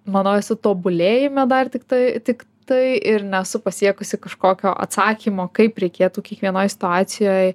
manau esu tobulėjime dar tiktai tik tai ir nesu pasiekusi kažkokio atsakymo kaip reikėtų kiekvienoj situacijoj